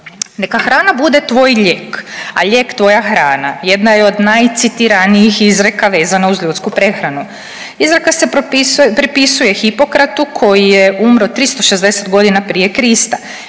Neka hrana bude tvoj lijek, a lijek tvoja hrana, jedna je od najcitiranijih izreka vezana zz ljudsku prehranu. Izreka se pripisuje Hipokratu koji je umro 360 g. pr. Kr.